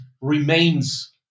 remains